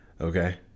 Okay